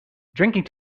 drinking